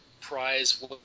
Prize